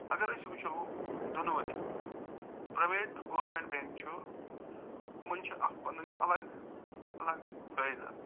اگر أسۍ وُچھو دۅنوٲے پرٛایویٹ تہٕ گوٚرمِنٛٹ بینٛک چھُ یِمن چھِ اکھ پنٕنۍ اَکھ الگ الگ فٲیدٕ